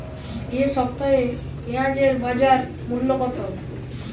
এ সপ্তাহে পেঁয়াজের বাজার মূল্য কত?